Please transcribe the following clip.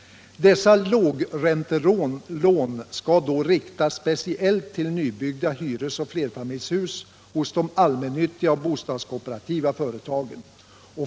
Dessa lågräntelån skall då riktas speciellt till nybyggda hyresoch flerfamiljshus hos de allmännyttiga och bostadskooperativa företagen.